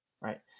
right